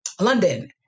London